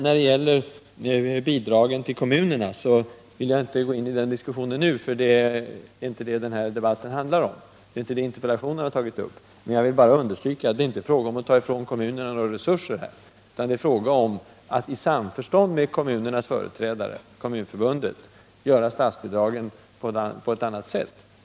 När det gäller bidragen till kommunerna vill jag inte gå in på den diskussionen nu. Det är inte det interpellationen har tagit upp. Jag vill bara understryka att det inte är fråga om att ta ifrån kommunerna några resurser, utan att i samförstånd med kommunernas företrädare, Kommunförbundet, ge statsbidrag på annat sätt.